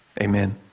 Amen